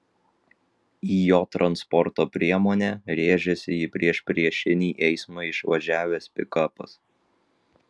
į jo transporto priemonę rėžėsi į priešpriešinį eismą išvažiavęs pikapas